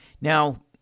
Now